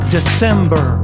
December